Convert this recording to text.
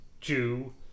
Jew